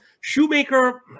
Shoemaker